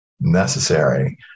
necessary